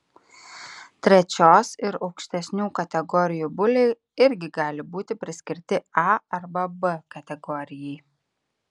trečios ir aukštesnių kategorijų buliai irgi gali būti priskirti a arba b kategorijai